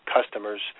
customers